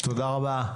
תודה רבה.